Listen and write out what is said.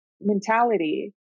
mentality